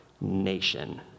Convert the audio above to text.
nation